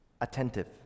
attentive